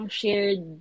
shared